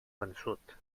vençut